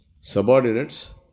subordinates